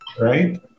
right